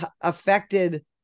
affected